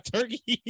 Turkey